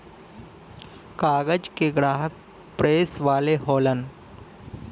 कागज के ग्राहक प्रेस वाले होलन